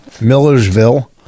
Millersville